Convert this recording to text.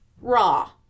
raw